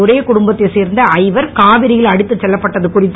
ஒரே குடும்பத்தைச் சேர்ந்த ஐவர் காவிரியில் அடித்துச் செல்லப்பட்டது குறித்து